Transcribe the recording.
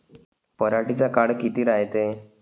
पराटीचा काळ किती रायते?